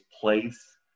place